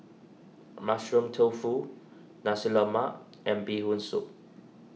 Mushroom Tofu Nasi Lemak and Bee Hoon Soup